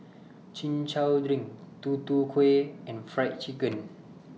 Chin Chow Drink Tutu Kueh and Fried Chicken